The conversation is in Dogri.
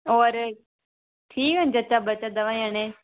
होर ठीक न जच्चा बच्चा दमैं जनें